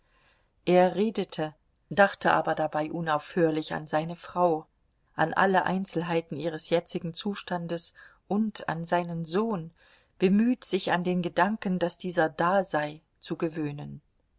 er redete dachte aber dabei unaufhörlich an seine frau an alle einzelheiten ihres jetzigen zustandes und an seinen sohn bemüht sich an den gedanken daß dieser da sei zu gewöhnen